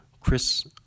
Chris